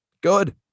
good